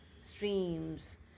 streams